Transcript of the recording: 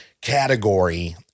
category